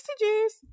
messages